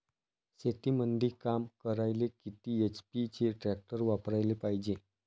शेतीमंदी काम करायले किती एच.पी चे ट्रॅक्टर वापरायले पायजे?